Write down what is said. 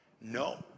no